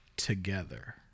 together